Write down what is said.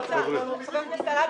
חבר הכנסת אלאלוף,